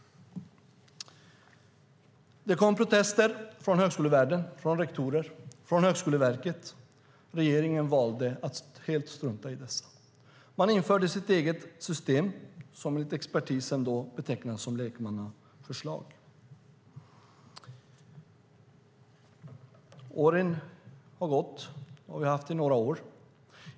Protester kom från högskolevärlden, från rektorer och Högskoleverket. Regeringen valde att helt strunta i dessa. Man införde sitt eget system som enligt expertisen betecknades som lekmannaförslag. Åren går. Vi har nu haft systemet i några år.